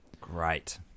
great